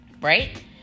right